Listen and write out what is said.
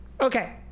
Okay